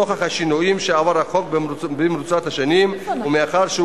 נוכח השינויים שעבר החוק במרוצת השנים ומאחר שהוא